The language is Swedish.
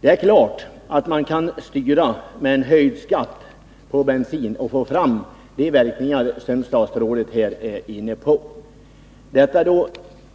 Det är klart att man kan åstadkomma en styrning genom höjd skatt på bensin och få de verkningar som statsrådet här talar om.